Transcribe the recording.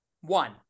one